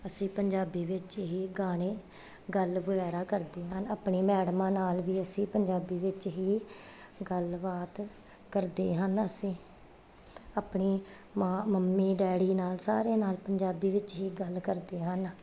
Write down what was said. ਅਸੀਂ ਪੰਜਾਬੀ ਵਿੱਚ ਹੀ ਗਾਣੇ ਗੱਲ ਵਗੈਰਾ ਕਰਦੇ ਹਨ ਆਪਣੀ ਮੈਡਮਾਂ ਨਾਲ ਵੀ ਅਸੀਂ ਪੰਜਾਬੀ ਵਿੱਚ ਹੀ ਗੱਲਬਾਤ ਕਰਦੇ ਹਨ ਅਸੀਂ ਆਪਣੀ ਮਾਂ ਮੰਮੀ ਡੈਡੀ ਨਾਲ ਸਾਰਿਆਂ ਨਾਲ ਪੰਜਾਬੀ ਵਿੱਚ ਹੀ ਗੱਲ ਕਰਦੇ ਹਨ